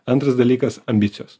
antras dalykas ambicijos